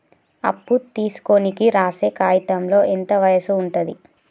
అప్పు తీసుకోనికి రాసే కాయితంలో ఎంత వయసు ఉంటది?